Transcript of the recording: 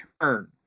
turn